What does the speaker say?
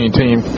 team